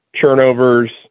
turnovers